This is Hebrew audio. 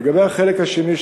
לגבי החלק השני,